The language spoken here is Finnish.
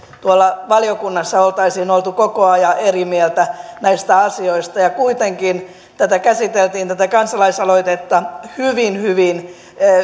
tuolla valiokunnassa oltaisiin oltu koko ajan eri mieltä näistä asioista ja kuitenkin tätä kansalaisaloitetta käsiteltiin hyvin hyvin